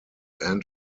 end